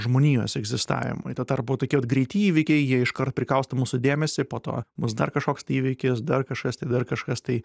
žmonijos egzistavimui tuo tarpu tokie vat greiti įvykiai jie iškart prikausto mūsų dėmesį ir po to bus dar kažkoks tai įvykis dar kažkas tai dar kažkas tai